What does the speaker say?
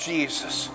Jesus